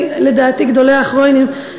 לדעתי מגדולי האחרונים,